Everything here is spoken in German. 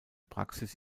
praxis